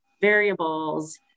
variables